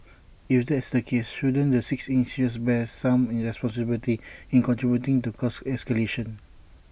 if that's the case shouldn't the six insurers bear some responsibility in contributing to cost escalation